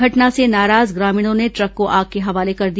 घटना से नाराज ग्रामीणों ने ट्रक को आग के हवाले कर दिया